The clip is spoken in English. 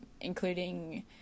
including